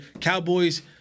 Cowboys